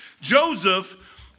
Joseph